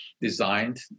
designed